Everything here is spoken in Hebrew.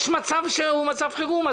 יש מצב חירום.